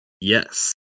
Yes